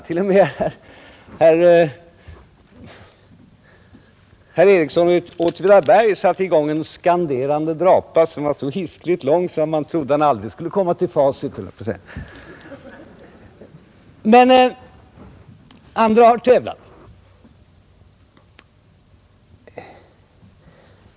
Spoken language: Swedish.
T. o. m. herr Ericsson i Åtvidaberg satte i gång en skanderande drapa, som var så hiskeligt lång att jag trodde att han aldrig skulle komma till facit. Men andra tävlade.